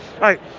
right